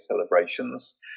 celebrations